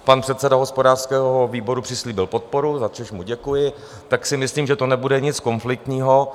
Pan předseda hospodářského výboru přislíbil podporu, za což mu děkuji, tak si myslím, že to nebude nic konfliktního.